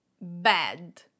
bad